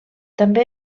també